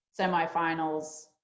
semifinals